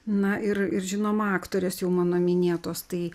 na ir ir žinoma aktorės jau mano minėtos tai